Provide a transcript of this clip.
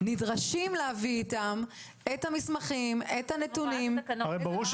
נדרשים להביא איתם את המסמכים ואת הנתונים.